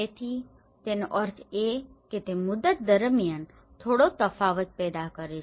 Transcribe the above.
તેથી તેનો અર્થ એ કે તે મુદત દરમિયાન થોડો તફાવત પેદા કરે છે